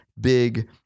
big